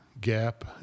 gap